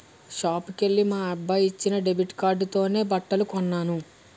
షాపుకెల్లి మా అబ్బాయి ఇచ్చిన డెబిట్ కార్డుతోనే బట్టలు కొన్నాను